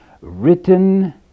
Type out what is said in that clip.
written